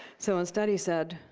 so instead, he said,